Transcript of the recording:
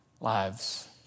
lives